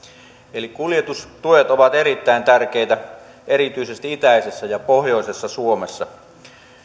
eli kuljetustuet ovat erittäin tärkeitä erityisesti itäisessä ja pohjoisessa suomessa